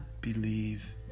believe